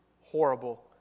horrible